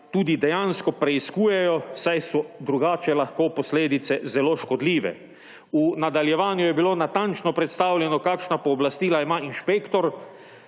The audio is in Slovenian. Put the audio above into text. tudi dejansko preiskujejo, saj so drugače lahko posledice zelo škodljive. V nadaljevanju je bilo natančno predstavljeno, kakšna pooblastila ima inšpektor,